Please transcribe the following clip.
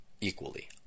equally